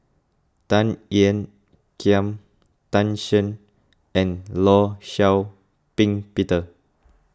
Tan Ean Kiam Tan Shen and Law Shau Ping Peter